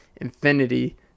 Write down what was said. infinity